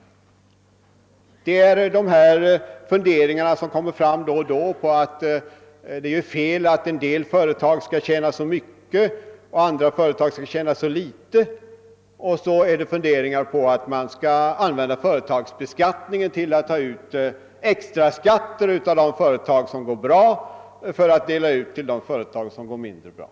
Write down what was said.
De ställer sig också undrande till de funderingar som man då och då får höra och som går ut på att det skulle vara oriktigt att en del företag tjänar så mycket och andra så litet och att företagsbeskattningen skall användas till att ta ut extra skatter av de företag som går bra och dela ut dem till företag som går mindre bra.